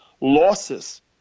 losses